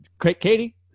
Katie